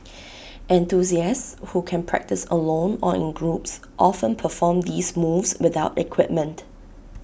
enthusiasts who can practise alone or in groups often perform these moves without equipment